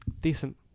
Decent